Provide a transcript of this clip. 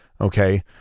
Okay